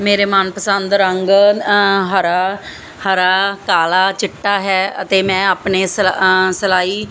ਮੇਰੇ ਮਨਪਸੰਦ ਰੰਗ ਹਰਾ ਹਰਾ ਕਾਲਾ ਚਿੱਟਾ ਹੈ ਅਤੇ ਮੈਂ ਆਪਣੇ ਸਲਾ ਸਿਲਾਈ